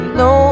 no